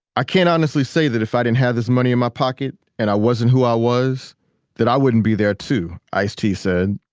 i can't honestly say that if i didn't have this money in my pocket and i wasn't who i was that i wouldn't be there, too, ice-t said.